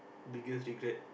biggest regret